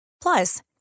plus